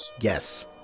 Yes